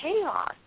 chaos